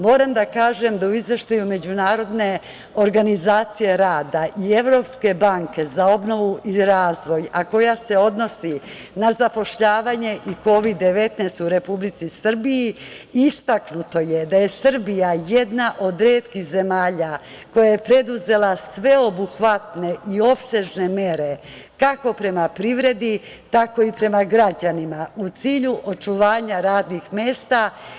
Moram da kažem da u izveštaju Međunarodne organizacije rada i Evropske banke za obnovu i razvoj, a koji se odnosi na zapošljavanje i Kovid-19 u Republici Srbiji istaknuto je da je Srbija jedna od retkih zemalja koja je preduzela sveobuhvatne i opsežne mere kako prema privredi, tako i prema građanima u cilju očuvanja radnih mesta.